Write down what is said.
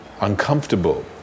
uncomfortable